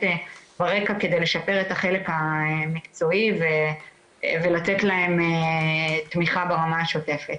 ברקע כדי לשפר את החלק המקצועי ולתת להם תמיכה ברמה השוטפת.